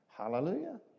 Hallelujah